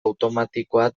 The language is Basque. automatikoa